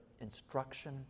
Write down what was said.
instruction